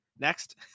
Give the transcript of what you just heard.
Next